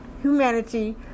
humanity